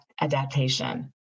adaptation